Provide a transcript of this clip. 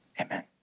Amen